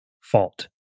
fault